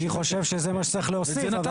אני חושב שזה מה שצריך להוסיף.